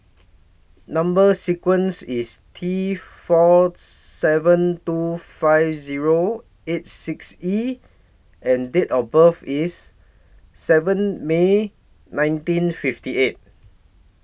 Number sequence IS T four seven two five Zero eight six E and Date of birth IS seven May nineteen fifty eight